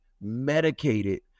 medicated